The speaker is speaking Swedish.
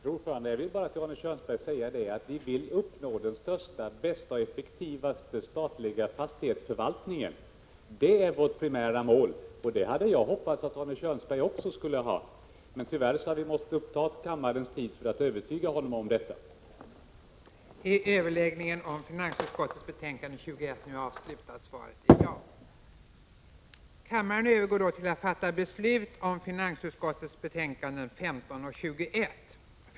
Fru talman! Låt mig till Arne Kjörnsberg säga att vi vill uppnå den effektivaste möjliga statliga fastighetsförvaltningen. Det är vårt primära mål, och jag hade hoppats att Arne Kjörnsberg också skulle ha detta mål. Men tyvärr har vi varit tvungna att uppta kammarens tid med att försöka övertyga Arne Kjörnsberg om riktigheten härav.